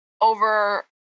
over